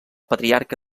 patriarca